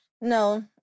No